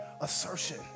assertion